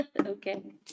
okay